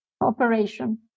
operation